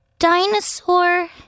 Dinosaur